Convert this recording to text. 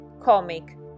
comic